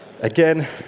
Again